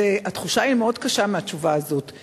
התחושה מהתשובה הזאת היא מאוד קשה.